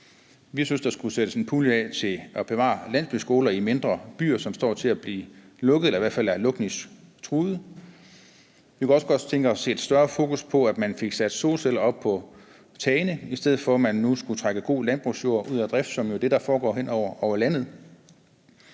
Vi synes, der skulle sættes en pulje af til at bevare landsbyskoler i mindre byer, som står til at blive lukket eller i hvert fald er lukningstruede. Vi kunne også godt tænke os et større fokus på, at man fik sat solceller op på tagene, i stedet for at man nu skulle trække god landbrugsjord ud af drift, som jo er det, der foregår hen over landet.